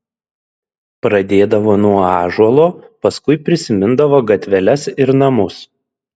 pradėdavo nuo ąžuolo paskui prisimindavo gatveles ir namus